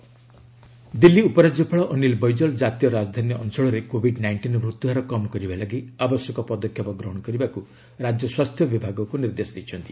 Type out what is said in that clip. Delhi LG Delhi ଉପରାଜ୍ୟପାଳ ଅନୀଲ ବୈଜଲ ଜାତୀୟ ରାଜଧାନୀ ଅଞ୍ଚଳରେ କୋଭିଡ୍ ନାଇଷ୍ଟିନ୍ ମୃତ୍ୟୁ ହାର କମ୍ କରିବା ଲାଗି ଆବଶ୍ୟକ ପଦକ୍ଷେପ ଗ୍ରହଣ କରିବା ପାଇଁ ରାଜ୍ୟ ସ୍ୱାସ୍ଥ୍ୟ ବିଭାଗକୁ ନିର୍ଦ୍ଦେଶ ଦେଇଛନ୍ତି